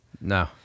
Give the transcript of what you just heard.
No